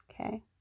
Okay